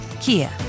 Kia